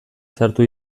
sartu